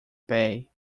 bay